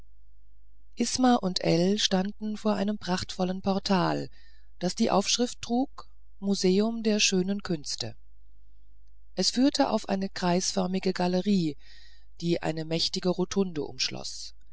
isma und ell standen vor einem prachtvollen portal das die aufschrift trug museum der schönen künste es führte auf eine kreisförmige galerie die eine mächtige rotunde